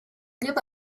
give